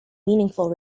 meaningful